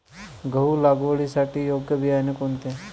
गहू लागवडीसाठी योग्य बियाणे कोणते?